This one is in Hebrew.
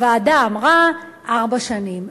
הוועדה אמרה ארבע שנים.